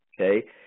okay